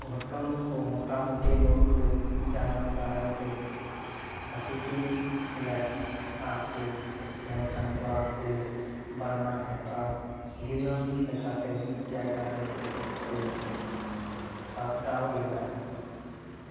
ᱜᱷᱚᱴᱚᱱ ᱠᱚ ᱢᱚᱴᱟᱢᱩᱴᱤ ᱢᱩᱬᱩᱫ ᱨᱩᱯ ᱡᱟᱱᱟᱝ ᱫᱟᱨᱟᱭ ᱛᱮ ᱦᱟᱯᱟᱴᱤᱧ ᱞᱮᱜ ᱟᱠᱚ ᱢᱮᱱᱠᱷᱟᱱ ᱠᱚᱲᱟ ᱠᱩᱲᱤ ᱵᱟᱱᱟᱨ ᱦᱮᱯᱨᱟᱣ ᱫᱤᱱᱟᱹᱢ ᱞᱮᱠᱟᱛᱮ ᱢᱤᱫ ᱡᱟᱭᱜᱟ ᱨᱮ ᱠᱚ ᱥᱟᱵᱽᱰᱟᱣ ᱞᱮᱫᱟ